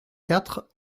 quatre